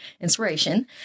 inspiration